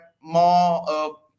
more